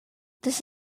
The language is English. this